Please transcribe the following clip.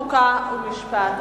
חוקה ומשפט.